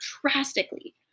drastically